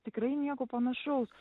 tikrai nieko panašaus